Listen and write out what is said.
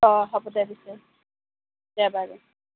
অঁ হ'ব দে পিছে দে বাৰু